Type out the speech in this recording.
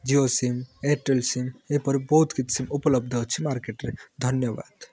Jio sim Airtel sim ଏହିପରି ବହୁତ କିଛି ସିମ୍ ଉପଲବ୍ଧ ଅଛି ମାର୍କେଟ୍ରେ ଧନ୍ୟବାଦ